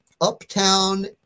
Uptown